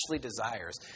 desires